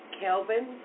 Kelvin